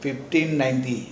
fifteen ninety